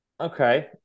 Okay